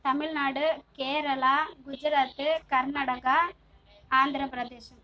Tamil Nadu Kerala Gujarat Karnataka Andhra Pradesh